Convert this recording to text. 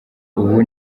ubu